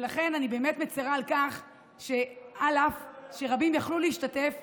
ולכן אני מצירה על כך שעל אף שרבים יכלו להשתתף,